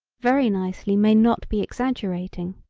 very nicely may not be exaggerating.